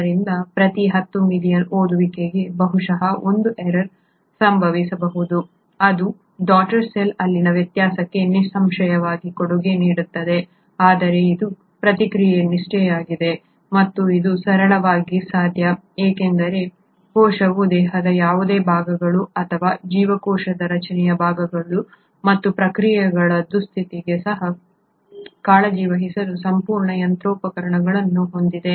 ಆದ್ದರಿಂದ ಪ್ರತಿ 10 ಮಿಲಿಯನ್ ಓದುವಿಕೆಗೆ ಬಹುಶಃ 1 ಏರಾರ್ ಸಂಭವಿಸಬಹುದು ಇದು ಡಾಟರ್ ಸೆಲ್ ಅಲ್ಲಿನ ವ್ಯತ್ಯಾಸಕ್ಕೆ ನಿಸ್ಸಂಶಯವಾಗಿ ಕೊಡುಗೆ ನೀಡುತ್ತದೆ ಆದರೆ ಇದು ಪ್ರಕ್ರಿಯೆಯ ನಿಷ್ಠೆಯಾಗಿದೆ ಮತ್ತು ಇದು ಸರಳವಾಗಿ ಸಾಧ್ಯ ಏಕೆಂದರೆ ಕೋಶವು ದೇಹದ ಯಾವುದೇ ಭಾಗಗಳು ಅಥವಾ ಜೀವಕೋಶದ ರಚನೆಯ ಭಾಗಗಳು ಮತ್ತು ಪ್ರಕ್ರಿಯೆಗಳ ದುರಸ್ತಿಗೆ ಸಹ ಕಾಳಜಿ ವಹಿಸಲು ಸಂಪೂರ್ಣ ಯಂತ್ರೋಪಕರಣಗಳನ್ನು ಹೊಂದಿದೆ